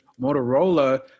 Motorola